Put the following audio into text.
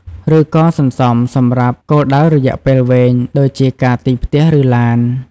ឬក៏សន្សំសម្រាប់គោលដៅរយៈពេលវែង ដូចជាការទិញផ្ទះ ឬឡាន។